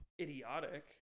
idiotic